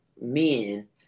men